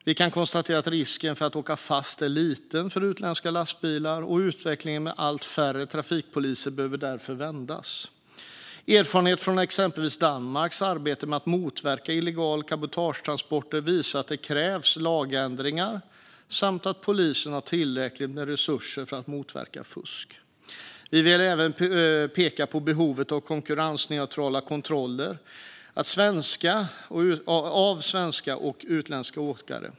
Vi kan konstatera att risken för att åka fast är liten för utländska lastbilar, och utvecklingen med allt färre trafikpoliser behöver därför vändas. Erfarenheter från exempelvis Danmarks arbete med att motverka illegala cabotagetransporter visar att det krävs lagändringar samt att polisen har tillräckliga resurser för att motverka fusk. Vi kan även peka på behovet av konkurrensneutrala kontroller av svenska och utländska åkare.